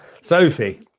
Sophie